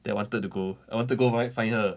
then wanted to go I wanted to go find find her